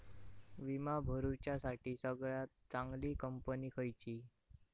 विमा भरुच्यासाठी सगळयात चागंली कंपनी खयची?